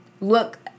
look